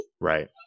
Right